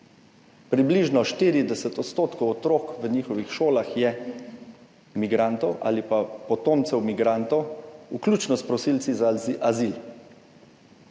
Približno 40 % otrok v njihovih šolah je migrantov ali pa potomcev migrantov, vključno s prosilci za azil.